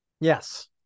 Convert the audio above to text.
Yes